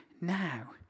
Now